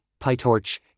PyTorch